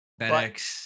FedEx